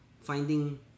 finding